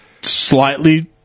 slightly